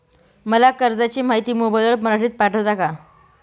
मला कर्जाची माहिती मोबाईलवर मराठीत पाठवता का?